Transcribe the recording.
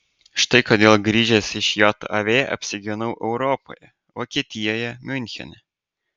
štai kodėl grįžęs iš jav apsigyvenau europoje vokietijoje miunchene